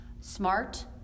smart